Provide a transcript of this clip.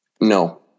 No